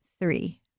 three